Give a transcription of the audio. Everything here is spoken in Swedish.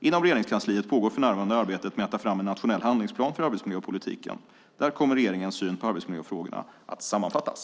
Inom Regeringskansliet pågår för närvarande arbetet med att ta fram en nationell handlingsplan för arbetsmiljöpolitiken. Där kommer regeringens syn på arbetsmiljöfrågorna att sammanfattas.